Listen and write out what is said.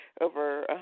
over